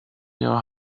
your